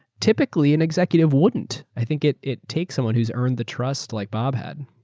typically, an executive wouldn't. i think it it takes someone who's earned the trust like bob had.